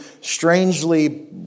strangely